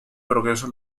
progreso